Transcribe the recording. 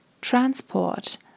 Transport